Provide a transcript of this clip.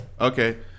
Okay